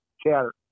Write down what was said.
chatter